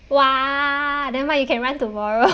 !wah! then why you can run tomorrow